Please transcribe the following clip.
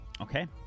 Okay